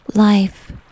Life